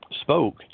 spoke